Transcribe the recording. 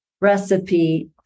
recipe